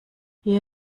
hier